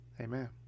Amen